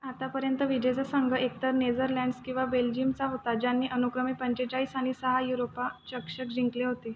आतापर्यंत विजेचा संघ एकतर नेजरलँड्स किंवा बेल्जियमचा होता ज्यांनी अनुक्रमे पंचेचाळीस आणि सहा युरोपा चषक जिंकले होते